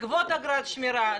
בגביית אגרת שמירה,